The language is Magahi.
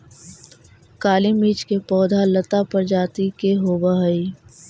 काली मिर्च के पौधा लता प्रजाति के होवऽ हइ